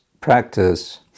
practice